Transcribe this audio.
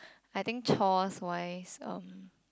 I think chores wise um